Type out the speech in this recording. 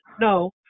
No